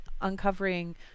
uncovering